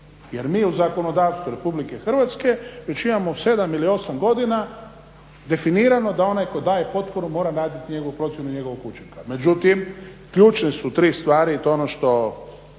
jer mi u zakonodavstvu Republike Hrvatske već imamo 7 ili 8 godina definirano da onaj tko daje potporu mora raditi njegovu procjenu njegovog učinka. Međutim, ključne su tri stvari i to je ono što